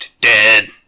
dead